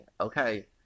okay